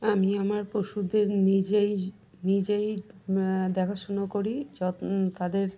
আমি আমার পশুদের নিজেই নিজেই দেখাশুনো করি তাদের